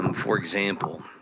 um for example,